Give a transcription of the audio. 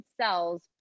cells